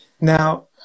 Now